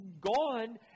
gone